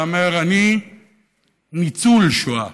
והוא היה אומר: אני ניצוּל שואה.